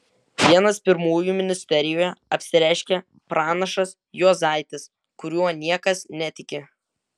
vienas pirmųjų ministerijoje apsireiškia pranašas juozaitis kuriuo niekas netiki